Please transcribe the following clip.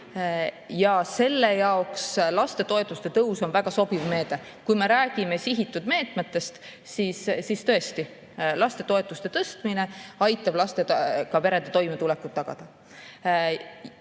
ja selle jaoks lastetoetuste tõus on väga sobiv meede. Kui me räägime sihitud meetmetest, siis tõesti, lastetoetuste tõstmine aitab lastega perede toimetulekut tagada.